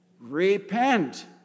Repent